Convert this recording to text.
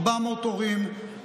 400 הורים,